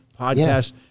podcast